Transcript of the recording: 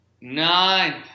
nine